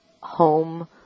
home